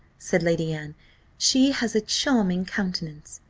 said lady anne she has a charming countenance.